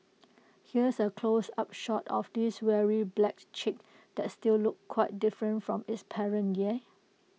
here's A close up shot of this weary black chick that still looked quite different from its parent yeah